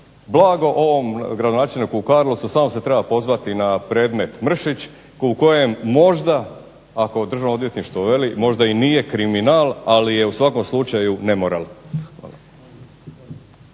blago ovom gradonačelniku u Karlovcu samo se treba pozvati na predmet Mršić u kojem možda ako Državno odvjetništvo veli možda i nije kriminal ali je u svakom slučaju nemoral.